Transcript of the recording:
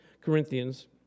Corinthians